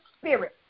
spirit